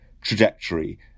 trajectory